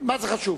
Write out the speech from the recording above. מה זה חשוב?